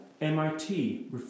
MIT